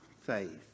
faith